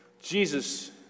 Jesus